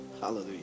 Hallelujah